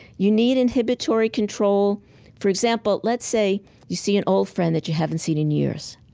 you need inhibitory control for example, let's say you see an old friend that you haven't seen in years.